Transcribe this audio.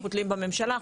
אנחנו תלווים בממשלה,